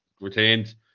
retained